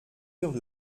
heures